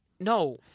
No